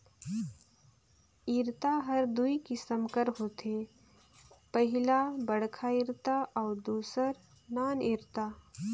इरता हर दूई किसिम कर होथे पहिला बड़खा इरता अउ दूसर नान इरता